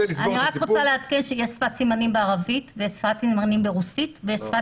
אני רק רוצה לעדכן שיש שפת סימנים בערבית ושפת סימנים ברוסית ושפת